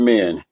Men